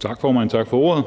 Tak, formand, tak for ordet.